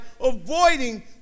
avoiding